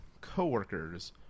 coworkers